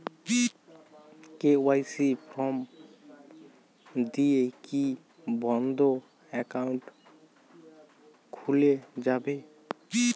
KYC form দিয়ে কি বন্ধ একাউন্ট খুলে যাবে?